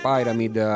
Pyramid